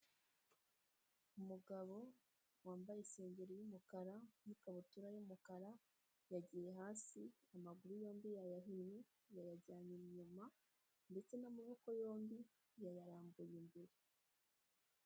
Umugabo wambaye isengeri y'umukara n'ikabutura y'umukara yagiye hasi, amaguru yombi yayahinnye yayajyanye inyuma ndetse n'amaboko yombi yayarambuye imbere.